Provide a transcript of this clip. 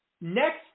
next